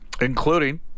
including